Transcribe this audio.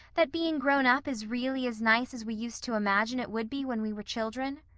that being grown-up is really as nice as we used to imagine it would be when we were children?